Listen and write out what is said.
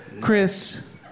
Chris